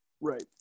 Right